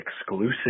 exclusive